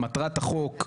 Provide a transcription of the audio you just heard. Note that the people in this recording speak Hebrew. מטרת החוק,